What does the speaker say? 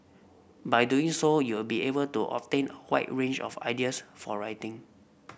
by doing so you'll be able to obtain wide range of ideas for writing